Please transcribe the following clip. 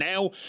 Now